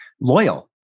loyal